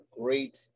great